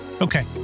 Okay